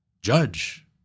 judge